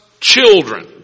children